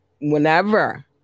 whenever